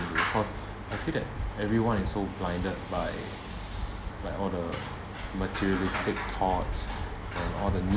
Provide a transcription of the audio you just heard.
do because I feel that everyone is so blinded by like all the materialistic thoughts and all the need